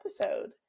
episode